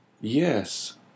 Yes